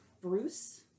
Bruce